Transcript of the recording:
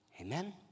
Amen